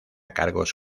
cargos